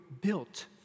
built